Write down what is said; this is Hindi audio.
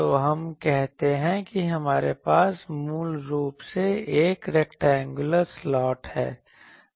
तो हम कहते हैं कि हमारे पास मूल रूप से एक रैक्टेंगुलर स्लॉट है